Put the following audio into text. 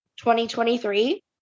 2023